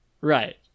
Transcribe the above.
Right